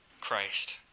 Christ